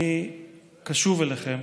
אני קשוב אליכם,